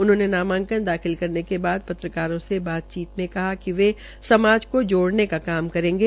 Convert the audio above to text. उन्होंने नामांकन दाखिल करने के बाद पत्रकारों से बातचीत में कहा कि वे समाज को जोड़ने का काम करेंगे